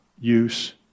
use